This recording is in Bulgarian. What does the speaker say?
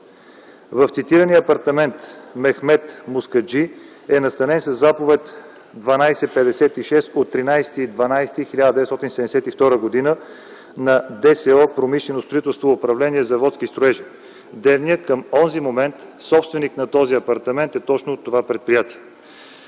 В цитирания апартамент Мехмед Мускаджи е настанен със заповед 1256 от 13 декември 1972 г. на ДСО „Промишлено строителство и управление – Заводски строежи” – Девня. Към онзи момент собственик на този апартамент е точно това предприятие.